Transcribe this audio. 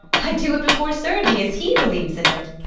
i do it before sergius. he believes in it.